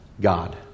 God